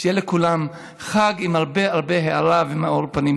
שיהיה לכולם חג עם הרבה הרבה הארה ומאור פנים.